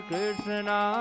Krishna